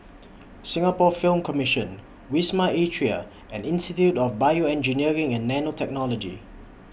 Singapore Film Commission Wisma Atria and Institute of Bioengineering and Nanotechnology